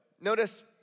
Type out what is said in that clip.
Notice